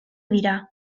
dira